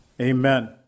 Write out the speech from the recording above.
Amen